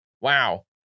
Wow